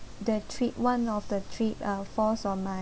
the trip one of trip uh falls on my